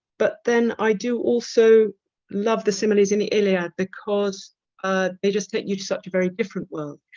but then i do also love the similes in the iliad because they just take you to such a very different world.